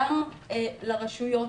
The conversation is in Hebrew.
גם לרשויות,